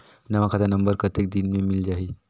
नवा खाता नंबर कतेक दिन मे मिल जाही?